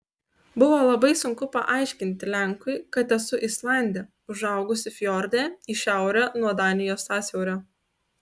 buvo labai sunku paaiškinti lenkui kad esu islandė užaugusi fjorde į šiaurę nuo danijos sąsiaurio